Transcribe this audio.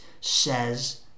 says